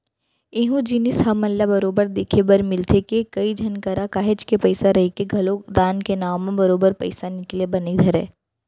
एहूँ जिनिस हमन ल बरोबर देखे बर मिलथे के, कई झन करा काहेच के पइसा रहिके घलोक दान के नांव म बरोबर पइसा निकले बर नइ धरय